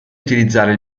utilizzare